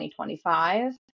2025